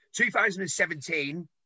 2017